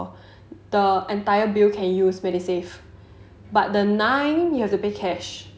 the entire bill so let's say it's like four hundred for example the entire bill can use medisave but the nine you have to pay cash